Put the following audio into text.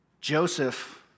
Joseph